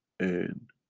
and